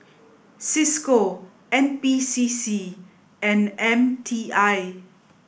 Cisco N P C C and M T I